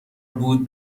بود